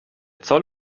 zoll